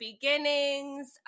beginnings